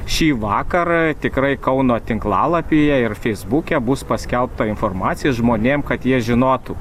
šįvakar tikrai kauno tinklalapyje ir feisbuke bus paskelbta informacija žmonėm kad jie žinotų